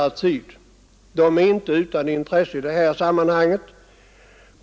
Dessa ändringar är inte utan intresse i det här sammanhanget.